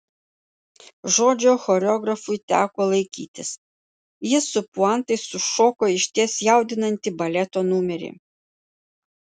žodžio choreografui teko laikytis jis su puantais sušoko išties jaudinantį baleto numerį